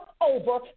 over